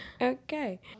Okay